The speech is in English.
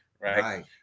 right